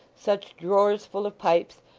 such drawers full of pipes,